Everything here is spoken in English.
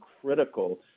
critical